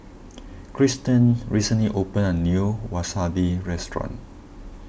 Kristen recently opened a new Wasabi restaurant